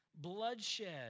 bloodshed